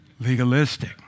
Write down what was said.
legalistic